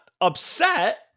upset